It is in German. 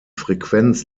frequenz